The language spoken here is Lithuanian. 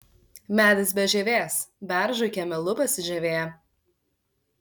medis be žievės beržui kieme lupasi žievė